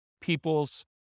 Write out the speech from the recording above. people's